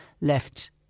left